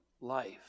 life